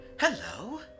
Hello